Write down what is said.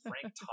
Frank